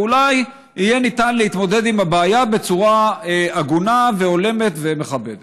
ואולי יהיה ניתן להתמודד עם הבעיה בצורה הגונה והולמת ומכבדת.